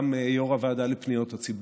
גם יו"ר הוועדה לפניות הציבור.